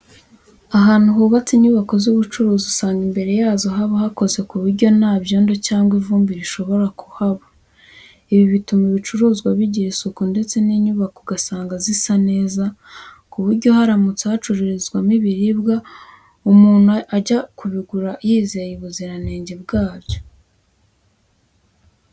Ahantu hubatse inyubako z'ubucuruzi usanga imbere yazo haba hakoze ku buryo nta byondo cyangwa ivumbi rishobora kuhaba. Ibi bituma ibicuruzwa bigira isuku ndetse n'inyubako ugasanga zisa neza, ku buryo haramutse hacururizwamo ibiribwa umuntu ajya kubigura yizeye ubuziranenge bwabyo.